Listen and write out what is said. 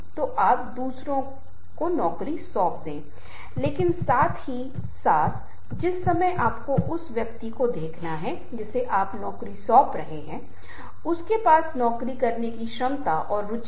तो mind mapping एक ऐसी चीज़ है जहाँ फिर से उसी किताब से लिया जाता है जो पीछे की ओर उद्धृत की जाती है जहाँ आप स्पर्शरेखा की ओर बढ़ रहे हैं मैं आपको इसका डेमो दूंगा